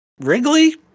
Wrigley